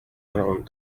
around